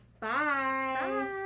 Bye